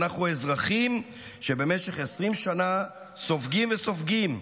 אנחנו אזרחים שבמשך 20 שנה סופגים וסופגים",